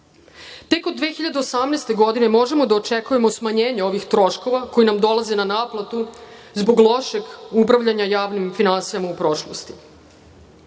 Tek od 2018. godine možemo da očekujemo smanjenje ovih troškova koji nam dolaze na naplatu zbog lošeg upravljanja javnim finansijama u prošlosti.